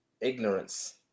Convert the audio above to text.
ignorance